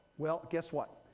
well, guess what?